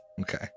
Okay